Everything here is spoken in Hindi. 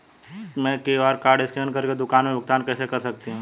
मैं क्यू.आर कॉड स्कैन कर के दुकान में भुगतान कैसे कर सकती हूँ?